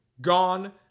gone